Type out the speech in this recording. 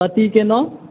पतिके नाम